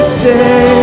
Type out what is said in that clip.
say